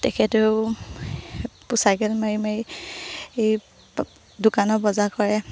তেখেতেও চাইকেল মাৰি মাৰি এই দোকানৰ বজাৰ কৰে